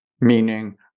meaning